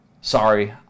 sorry